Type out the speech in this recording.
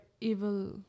evil